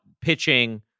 pitching